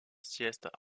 sieste